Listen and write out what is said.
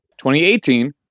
2018